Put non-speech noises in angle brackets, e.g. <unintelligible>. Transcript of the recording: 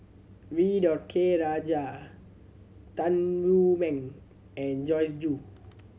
V <unintelligible> K Rajah Tan Wu Meng and Joyce Jue